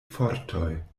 fortoj